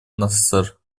насер